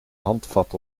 handvat